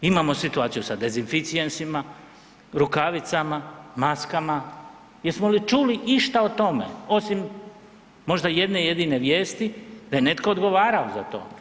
Imamo situaciju sa dezinficijensima, rukavicama, maskama jesmo li čuli išta o tome osim možda jedne jedine vijesti da je netko odgovarao za to?